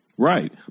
right